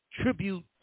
tribute